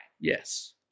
Yes